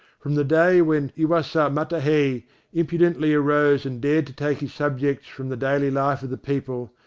from the day when iwasa matahei impudently arose and dared to take his subjects from the daily life of the people,